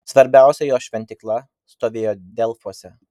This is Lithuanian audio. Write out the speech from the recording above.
svarbiausia jo šventykla stovėjo delfuose